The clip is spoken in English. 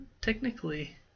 technically